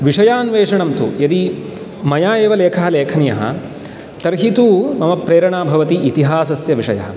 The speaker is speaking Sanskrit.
विषयान्वेषणं तु यदि मया एव लेखः लेखनीयः तर्हि तु मम प्रेरणा भवति इतिहासस्य विषयः